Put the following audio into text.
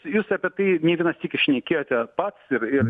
jūs apie tai ir ne vieną sykį šnekėjote pats ir ir